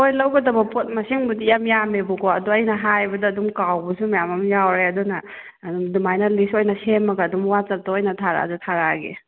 ꯍꯣꯏ ꯂꯧꯒꯗꯕ ꯄꯣꯠ ꯃꯁꯤꯡꯕꯨꯗꯤ ꯌꯥꯝ ꯌꯥꯝꯃꯦꯕꯀꯣ ꯑꯗꯣ ꯑꯩꯅ ꯍꯥꯏꯕꯗ ꯑꯗꯨꯝ ꯀꯥꯎꯕꯁꯨ ꯃꯌꯥꯝ ꯑꯃ ꯌꯥꯎꯔꯦ ꯑꯗꯨꯅ ꯑꯗꯨꯝ ꯑꯗꯨꯃꯥꯏꯅ ꯂꯤꯁ ꯑꯣꯏꯅ ꯁꯦꯝꯃꯒ ꯑꯗꯨꯝ ꯋꯥꯠꯆꯞꯇ ꯑꯣꯏꯅ ꯊꯥꯔꯛꯑꯁꯨ ꯊꯥꯔꯛꯑꯒꯦ